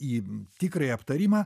į tikrąjį aptarimą